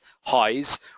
highs